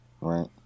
right